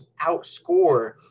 outscore